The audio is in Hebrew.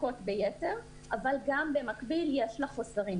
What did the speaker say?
הפקות ביתר, אבל גם במקביל יש לה חוסר.